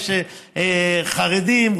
יש חרדים,